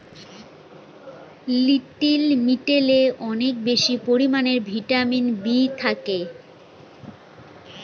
little মিলেটে অনেক বেশি পরিমানে ভিটামিন বি থাকে